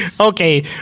Okay